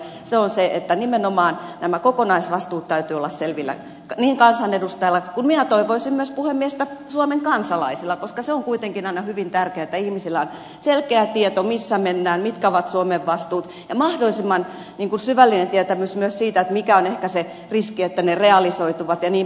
se on se että nimenomaan näiden kokonaisvastuiden täytyy olla selvillä niin kansanedustajalla kuin minä toivoisin myös puhemies suomen kansalaisilla koska se on kuitenkin aina hyvin tärkeää että ihmisillä on selkeä tieto siitä missä mennään mitkä ovat suomen vastuut ja mahdollisimman syvällinen tietämys myös siitä mikä on ehkä se riski että ne realisoituvat jnp